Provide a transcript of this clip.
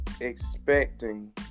expecting